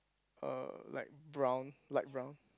uh like brown light brown